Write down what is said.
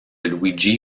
luigi